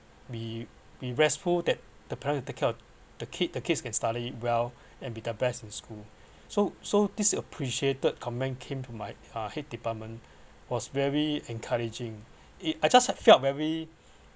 be be restful that the parent take care of the kids the kids can study well and be the best in school so so this appreciated comment came to my uh head department was very encouraging it I just felt very